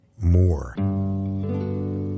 more